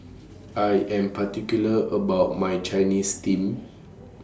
I Am particular about My Chinese Steamed